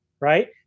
right